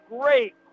great